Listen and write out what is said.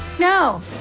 no,